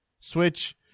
switch